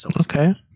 okay